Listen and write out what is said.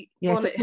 Yes